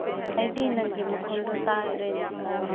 ꯑꯩꯗꯤ ꯅꯪꯒꯤ ꯃꯈꯣꯟꯗꯣ ꯇꯥꯗ꯭ꯔꯦꯅꯦ